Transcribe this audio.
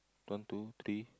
one two three